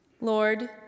Lord